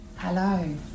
Hello